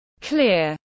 clear